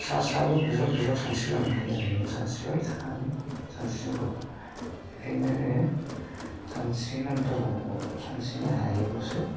सासाबो बुज्र'ब बुज्र'ब सानस्रि लांनो हायो आरो ओरैनो सानस्रिबाय थानांगौ सानस्रिनांगौ बेखायनो जोङो सानस्रिनांथारगौआव सानस्रिनो हायोब्लासो